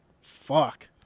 fuck